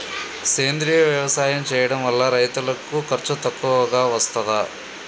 సేంద్రీయ వ్యవసాయం చేయడం వల్ల రైతులకు ఖర్చు తక్కువగా వస్తదా?